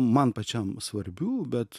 man pačiam svarbių bet